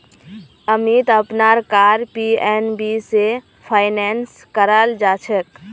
अमीत अपनार car PNB स finance करालछेक